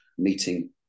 meeting